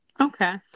Okay